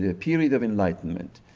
ah period of enlightenment,